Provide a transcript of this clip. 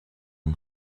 une